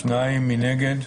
מי נגד?